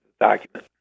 document